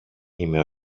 είμαι